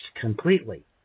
Completely